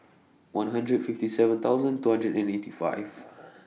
one hundred fifty seven thousand two hundred and eighty five